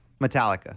Metallica